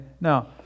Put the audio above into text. Now